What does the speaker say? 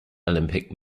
olympic